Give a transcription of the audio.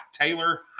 Taylor